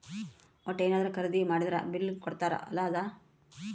ವಟ್ಟ ಯೆನದ್ರ ಖರೀದಿ ಮಾಡಿದ್ರ ಬಿಲ್ ಕೋಡ್ತಾರ ಅಲ ಅದ